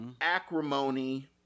acrimony